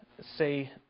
say